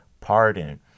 pardon